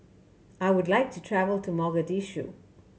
I would like to travel to Mogadishu